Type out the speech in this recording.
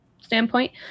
standpoint